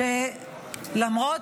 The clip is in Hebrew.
שלמרות